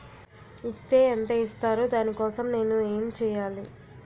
Is తే ఎంత ఇస్తారు దాని కోసం నేను ఎంచ్యేయాలి?